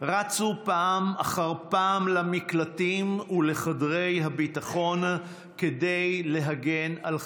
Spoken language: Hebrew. רצו פעם אחר פעם למקלטים ולחדרי הביטחון כדי להגן על חייהם.